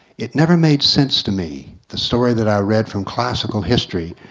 it never made sense to me. the story that i read from classical history,